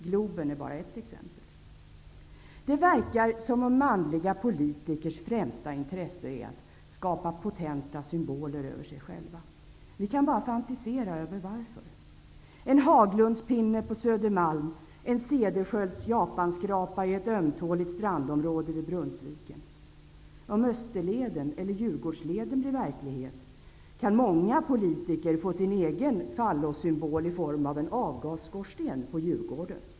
Globen är bara ett exempel. Det verkar som om manliga politikers främsta intresse är att skapa potenta symboler över sig själva -- vi kan bara fantisera om varför: en Djurgårdsleden, blir verklighet kan många politiker få sin egen fallossymbol i form av en avgasskorsten på Djurgården.